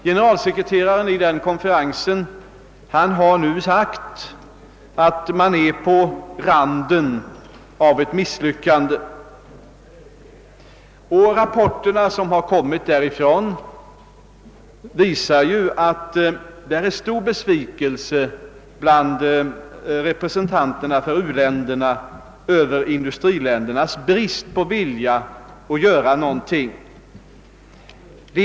Generalsekreteraren i konferensen har nu sagt att man står på randen av ett misslyckande. De rapporter som kommit därifrån visar att det råder stor besvikelse bland representanterna för u-länderna över industriländernas brist på vilja att göra någonting.